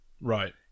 Right